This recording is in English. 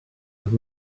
with